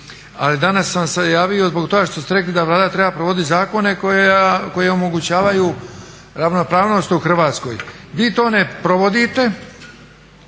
ali danas sam se javio zbog toga što ste rekli da Vlada treba provoditi zakone koji omogućavaju ravnopravnost u Hrvatskoj. Vi to ne provodite.